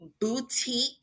boutique